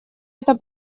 это